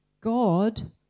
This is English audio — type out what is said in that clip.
God